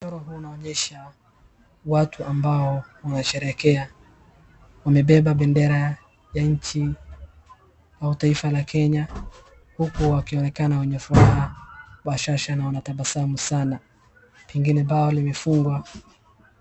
Mchoro huu unaonyesha watu ambao wanasherehekea. Wamebeba bendera ya nchi au taifa la Kenya huku wakionekana wenye furaha, bashasha na wanatabasumu sana, pengine bao limefungwa.